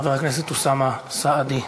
חבר הכנסת אוסאמה סעדי,